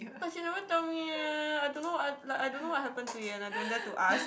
but she never tell me eh I don't know I like I don't know what happened to it and I don't dare to ask